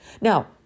Now